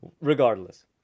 regardless